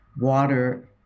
water